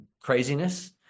craziness